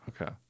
Okay